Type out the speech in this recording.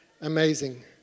amazing